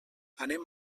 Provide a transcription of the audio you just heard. anem